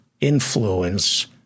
influence